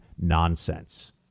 nonsense